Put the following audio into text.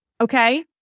Okay